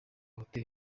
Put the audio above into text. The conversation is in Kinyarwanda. hoteli